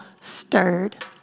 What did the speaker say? stirred